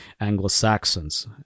Anglo-Saxons